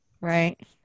Right